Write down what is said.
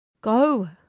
go